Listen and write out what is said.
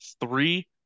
Three